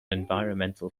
environmental